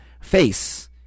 face